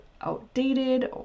outdated